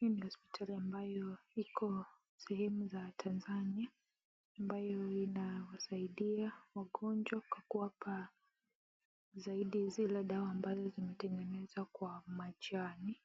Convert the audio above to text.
Hii ni hospitali ambayo iko sehemu za Tanzania ambayo inawasaidia wagonjwa kwa kuwapa zile dawa ambazo zimetengenezwa kwa majani.